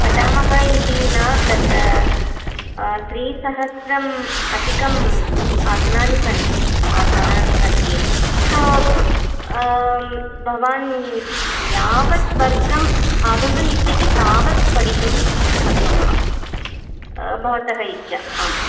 पठामः इति न तत्र त्रिसहस्रम् अधिकम् आसनानि सन्ति आसनानि मध्ये सो भवान् यावत् वर्गम् आगन्तुमिच्छति तावत्पठितुं शक्नुमः भवतः इच्छा आं